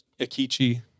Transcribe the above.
akichi